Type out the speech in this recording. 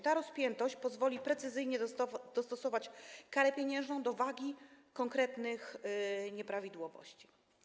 Ta rozpiętość pozwoli precyzyjnie dostosować karę pieniężną do wagi konkretnych nieprawidłowości.